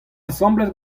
asambles